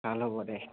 ভাল হ'ব দে